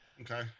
Okay